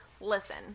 listen